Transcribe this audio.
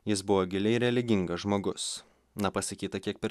jis buvo giliai religingas žmogus na pasakyta kiek per